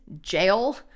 jail